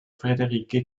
friederike